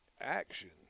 action